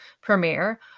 premiere